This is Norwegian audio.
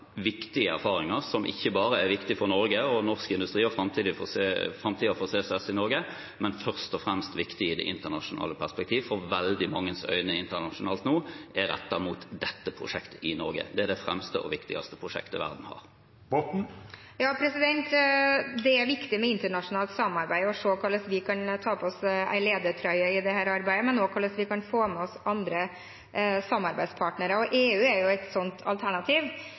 viktige erfaringer, som ikke bare er viktige for Norge og norsk industri og framtiden for CCS i Norge, men først og fremst viktige i et internasjonalt perspektiv, for veldig manges øyne internasjonalt er nå rettet mot dette prosjektet i Norge. Det er det fremste og viktigste prosjektet verden har. Ja, det er viktig med internasjonalt samarbeid og å se på hvordan vi kan ta på oss en ledertrøye i dette arbeidet, men også hvordan vi kan få med oss andre samarbeidspartnere, og EU er jo et slikt alternativ.